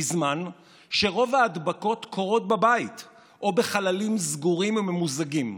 בזמן שרוב ההדבקות קורות בבית או בחללים סגורים וממוזגים.